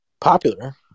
popular